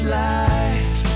life